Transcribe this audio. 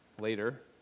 later